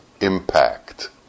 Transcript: impact